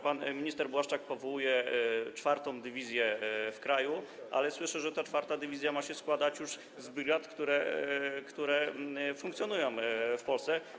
Pan minister Błaszczak powołuje czwartą dywizję w kraju, ale słyszę, że ta czwarta dywizja ma się składać z brygad, które już funkcjonują w Polsce.